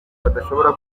badashobora